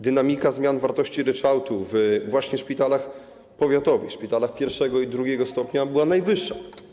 Dynamika zmian wartości ryczałtu właśnie w szpitalach powiatowych, szpitalach pierwszego i drugiego stopnia, była najwyższa.